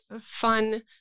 fun